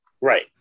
Right